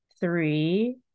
three